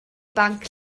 banc